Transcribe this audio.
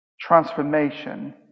Transformation